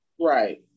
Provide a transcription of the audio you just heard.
right